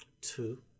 Two